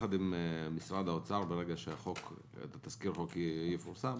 ביחד עם משרד האוצר, כאשר תזכיר החוק יפורסם,